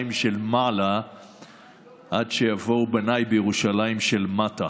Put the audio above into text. של מעלה עד שיבואו בניי בירושלים של מטה.